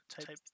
type